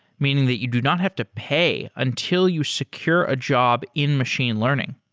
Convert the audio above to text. meaning that you do not have to pay until you secure a job in machine learning.